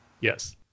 Yes